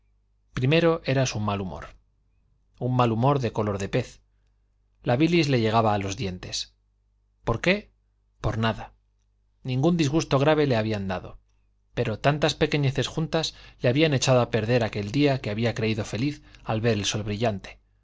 primero era su mal humor un mal humor de color de pez la bilis le llegaba a los dientes por qué por nada ningún disgusto grave le habían dado pero tantas pequeñeces juntas le habían echado a perder aquel día que había creído feliz al ver el sol brillante